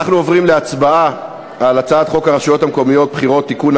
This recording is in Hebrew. אנחנו עוברים להצבעה על הצעת חוק הרשויות (בחירות) (תיקון,